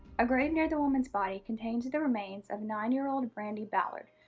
a grave near the woman's body contains the remains of nine year old brandi ballard,